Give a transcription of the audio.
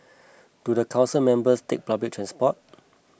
do the council members take public transport